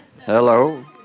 Hello